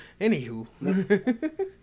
Anywho